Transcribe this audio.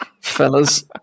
fellas